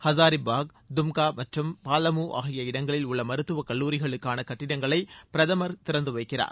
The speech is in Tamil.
ஹசாரிபாக் தும்கா மற்றும் பாலமு ஆகிய இடங்களில் உள்ள மருத்துவ கல்லூரிகளுக்கான கட்டிடங்களை பிரதமர் திறந்து வைக்கிறார்